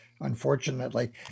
unfortunately